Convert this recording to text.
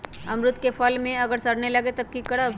अमरुद क फल म अगर सरने लगे तब की करब?